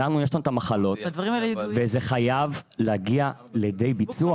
לנו יש את המחלות וזה חייב להגיע לידי ביצוע.